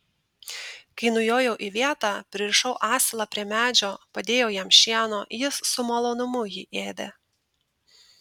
kai nujojau į vietą pririšau asilą prie medžio padėjau jam šieno jis su malonumu jį ėdė